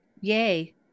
yay